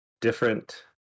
different